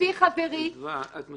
כפי שחברי --- אדווה, את מפספסת.